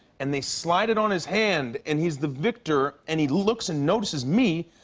and they slide it on his hand, and he's the victor. and he looks and notices me,